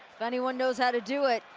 if anyone knows how to do it,